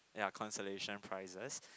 ya consolation prizes